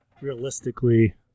realistically